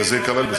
וזה ייכלל בזה.